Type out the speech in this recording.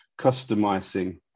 customizing